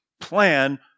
plan